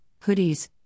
hoodies